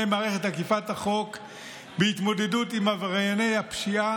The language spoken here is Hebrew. מערכת אכיפת החוק בהתמודדות עם עברייני הפשיעה